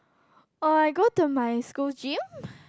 orh I go to my school gym